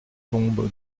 tombe